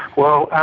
well,